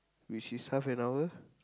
which is half an hour